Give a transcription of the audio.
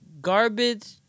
garbage